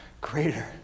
greater